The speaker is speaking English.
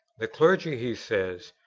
the clergy, he says